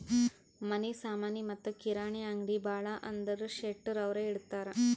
ಮನಿ ಸಾಮನಿ ಮತ್ತ ಕಿರಾಣಿ ಅಂಗ್ಡಿ ಭಾಳ ಅಂದುರ್ ಶೆಟ್ಟರ್ ಅವ್ರೆ ಇಡ್ತಾರ್